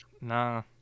Nah